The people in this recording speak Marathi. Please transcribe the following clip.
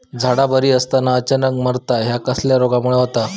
झाडा बरी असताना अचानक मरता हया कसल्या रोगामुळे होता?